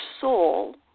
soul